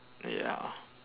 ya